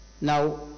Now